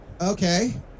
Okay